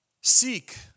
Seek